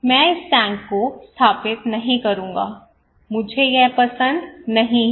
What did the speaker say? मैं इस टैंक को स्थापित नहीं करूंगा मुझे यह पसंद नहीं है